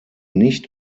nicht